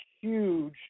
huge